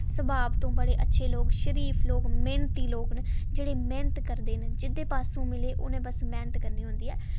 सुभाऽ दे बड़े अच्छे लोक शरीफ लोक मैह्नती लोक न जेह्ड़े मेह्नत करदे न जिद्धर पास्सै मिलै उ'नें बस मैह्नत करनी होंदी ऐ